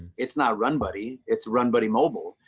it's not run buddy, it's run buddy mobile.